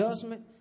judgment